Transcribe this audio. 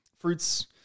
fruits